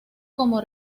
como